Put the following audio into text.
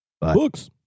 Books